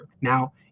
Now